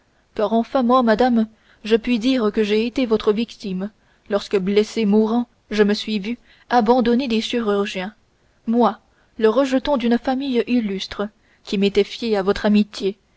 car enfin moi madame je puis dire que j'ai été votre victime lorsque blessé mourant je me suis vu abandonné des chirurgiens moi le rejeton d'une famille illustre qui m'étais fié à votre amitié